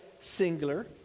singular